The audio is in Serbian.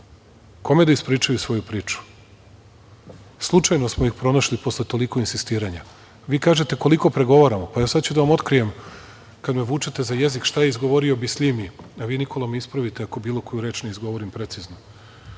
Kome da ispričaju svoju priču? Slučajno smo ih pronašli posle toliko insistiranja. Vi kažete – koliko pregovaramo? Pa, sada ću da vam otkrijem, kada me vučete za jezik, šta je izgovorio Bisljimi, a vi, Nikola, me ispravite ako bilo koju reč ne izgovorim precizno.